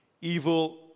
Evil